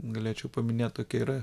galėčiau paminėt tokia yra